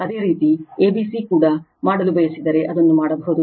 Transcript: ಅದೇ ರೀತಿ a b c ಕೂಡ ಮಾಡಲು ಬಯಸಿದರೆ ಅದನ್ನು ಮಾಡಬಹುದು